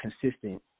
consistent